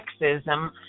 sexism